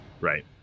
Right